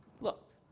Look